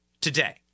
today